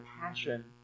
passion